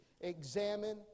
examine